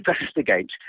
investigate